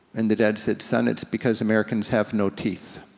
and the dad said, son, it's because americans have no teeth.